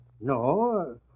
No